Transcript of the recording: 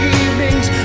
evenings